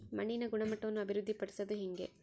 ಮಣ್ಣಿನ ಗುಣಮಟ್ಟವನ್ನು ಅಭಿವೃದ್ಧಿ ಪಡಿಸದು ಹೆಂಗೆ?